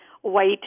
white